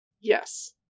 Yes